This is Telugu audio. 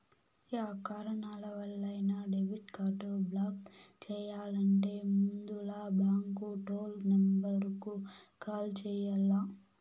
యా కారణాలవల్లైనా డెబిట్ కార్డు బ్లాక్ చెయ్యాలంటే ముందల బాంకు టోల్ నెంబరుకు కాల్ చెయ్యాల్ల